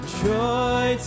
joy